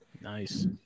Nice